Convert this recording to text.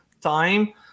time